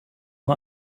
nur